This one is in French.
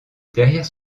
derrière